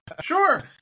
Sure